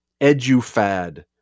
edufad